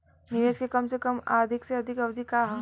निवेश के कम से कम आ अधिकतम अवधि का है?